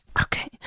Okay